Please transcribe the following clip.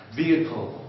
vehicle